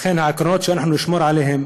לכן, העקרונות שאנחנו נשמור עליהם,